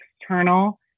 external